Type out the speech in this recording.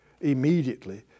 immediately